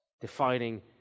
defining